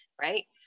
right